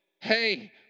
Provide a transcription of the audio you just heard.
hey